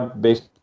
based